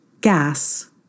gas